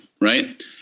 right